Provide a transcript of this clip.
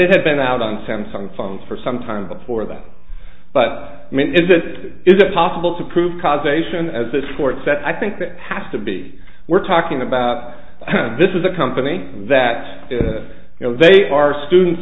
it had been out on samsung phones for some time before that but i mean is it is a possible to prove causation as this court said i think that has to be we're talking about this is a company that you know they are students